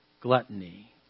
gluttony